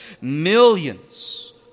Millions